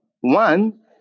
One